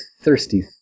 thirsty